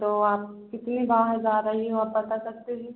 तो आप किस लिए बाहर जा रही हो आप बता सकते हैं